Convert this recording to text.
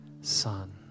Son